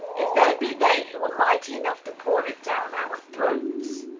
if there be they who are mighty enough to pour it down our throats,